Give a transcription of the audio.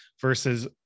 versus